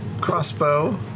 crossbow